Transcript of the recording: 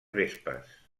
vespes